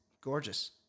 gorgeous